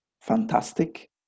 fantastic